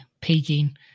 Peaking